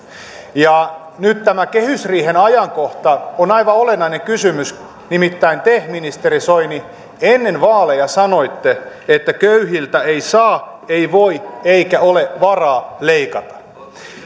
ja nyt tämä kehysriihen ajankohta on aivan olennainen kysymys nimittäin te ministeri soini ennen vaaleja sanoitte että köyhiltä ei saa ei voi eikä ole varaa leikata